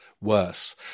worse